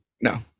no